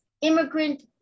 immigrant